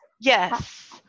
Yes